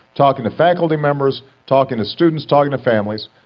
talking to faculty members, talking to students, talking to families